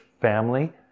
family